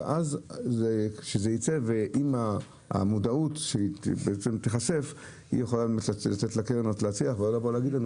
ואז כשתהיה מודעות יכולה לתת לקרן הזאת להצליח ולא להגיד לנו,